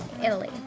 Italy